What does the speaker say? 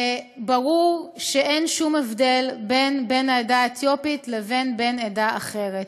ברור שאין שום הבדל בין בן העדה האתיופית לבין בן עדה אחרת.